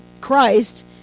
Christ